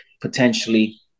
potentially